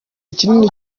kinini